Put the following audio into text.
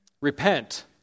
Repent